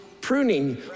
pruning